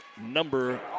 number